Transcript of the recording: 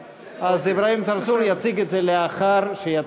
אברהים צרצור יציג את זה לאחר שחבר